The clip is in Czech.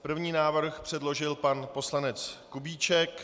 První návrh předložil pan poslanec Kubíček.